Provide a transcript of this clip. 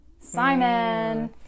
Simon